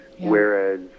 whereas